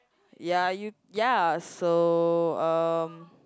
ya you ya so um